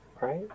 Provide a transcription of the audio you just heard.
right